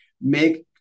make